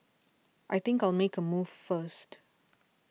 I think I'll make a move first